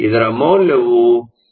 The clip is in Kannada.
ಇದರ ಮೌಲ್ಯವು8